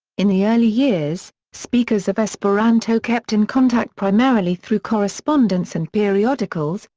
in the early years, speakers of esperanto kept in contact primarily through correspondence and periodicals,